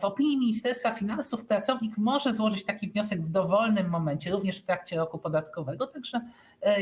W opinii Ministerstwa Finansów pracownik może złożyć taki wniosek w dowolnym momencie, również w trakcie roku podatkowego, tak że